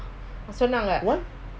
what